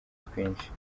twinshi